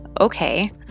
Okay